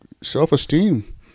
self-esteem